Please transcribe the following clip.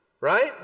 right